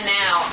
now